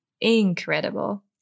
incredible